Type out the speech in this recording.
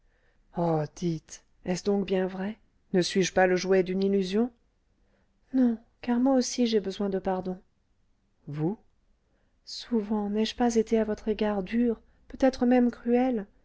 est-ce donc bien vrai ne suis-je pas le jouet d'une illusion non car moi aussi j'ai besoin de pardon vous souvent n'ai-je pas été à votre égard dure peut-être même cruelle